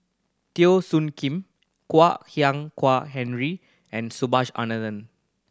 Teo Soon Kim Kwak Hian kuah Henry and Subhas Anandan